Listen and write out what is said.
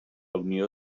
unió